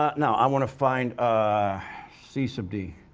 ah now, i want to find c sub d.